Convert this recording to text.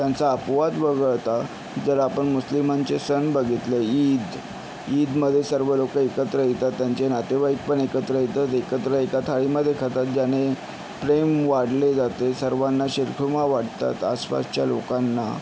त्यांचा अपवाद वगळता जर आपण मुस्लिमांचे सण बघितले ईद ईदमध्ये सर्व लोकं एकत्र येतात त्यांचे नातेवाईक पण एकत्र येतात एकत्र एका थाळीमध्ये खातात ज्याने प्रेम वाढले जाते सर्वांना शीरखुर्मा वाटतात आसपासच्या लोकांना